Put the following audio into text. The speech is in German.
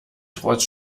trotz